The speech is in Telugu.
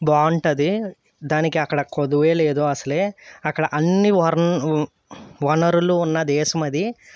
బాగుంటుంది దానికి అక్కడ కొదవే లేదు అసలే అక్కడ అన్ని వనరు వనరులు ఉన్న దేశం అది